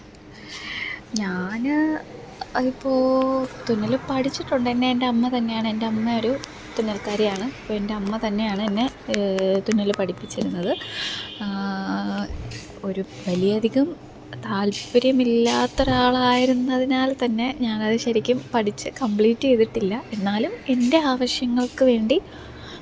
ഞാൻ അതിപ്പോൾ തുന്നൽ പഠിച്ചിട്ടുണ്ട് എന്നെ എന്റെ അമ്മ തന്നെയാണ് എന്റെ അമ്മയൊരു തുന്നല്ക്കാരിയാണ് അപ്പം എന്റെ അമ്മ തന്നെയാണ് എന്നെ തുന്നൽ പഠിപ്പിച്ചിരുന്നത് ഒരു വലിയ അധികം താല്പ്പര്യമില്ലാത്ത ഒരാളായിരുന്നതിനാല് തന്നെ ഞാൻ അത് ശരിക്കും പഠിച്ച് കംബ്ലീറ്റ് ചെയ്തിട്ടില്ല എന്നാലും എന്റെ ആവശ്യങ്ങള്ക്ക് വേണ്ടി